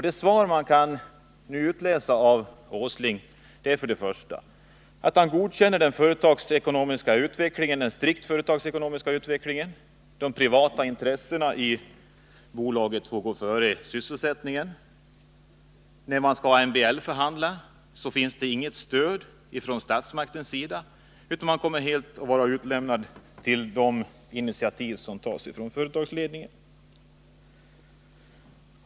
Det man kan utläsa ur Nils Åslings svar är först och — 18 december 1979 främst att han godkänner den strikt företagsekonomiska utvecklingen — de privata intressena i bolaget får gå före sysselsättningen. När man skall MBL-förhandla finns det inget stöd från statsmakternas sida, utan man kommer att vara helt utlämnad till de initiativ som tas av företagsledningen.